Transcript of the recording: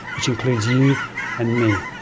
which includes you and me.